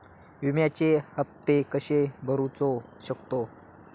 विम्याचे हप्ते कसे भरूचो शकतो?